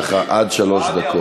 יש לך עד שלוש דקות.